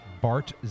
Bart